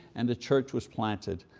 and the church was planted